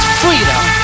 freedom